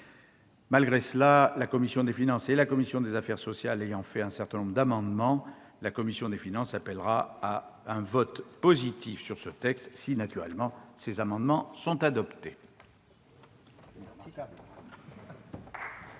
Malgré cela, la commission des finances et la commission des affaires sociales ayant proposé un certain nombre d'amendements, la commission des finances appellera à un vote positif sur ce texte si, bien sûr, ces amendements sont adoptés.